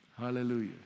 hallelujah